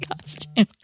costume